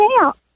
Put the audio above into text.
out